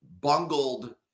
bungled